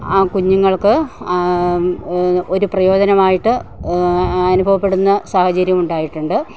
ആ കുഞ്ഞുങ്ങൾക്ക് ഒരു പ്രയോജനമായിട്ട് അനുഭവപ്പെടുന്ന സാഹചര്യമുണ്ടായിട്ടുണ്ട്